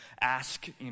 ask